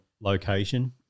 location